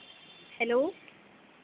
hello